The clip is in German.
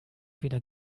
weder